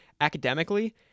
academically